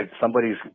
Somebody's